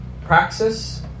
praxis